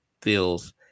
feels